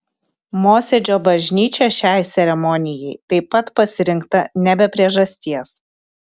mosėdžio bažnyčia šiai ceremonijai taip pat pasirinkta ne be priežasties